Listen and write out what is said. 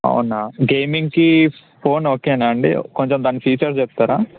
అవునా గేమింగ్కి ఫోన్ ఓకేనా అండి కొంచెం దాని ఫీచర్స్ చెప్తారా